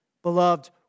Beloved